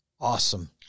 Awesome